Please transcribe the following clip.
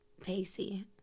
Pacey